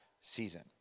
season